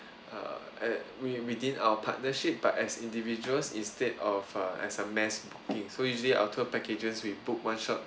uh within our partnership but as individuals instead of err as a mass booking so usually our tour packages will book one shot